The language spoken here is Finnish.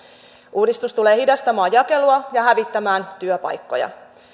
uudistus tulee hidastamaan jakelua ja hävittämään työpaikkoja